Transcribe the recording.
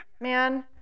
Man